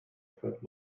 fred